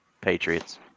Patriots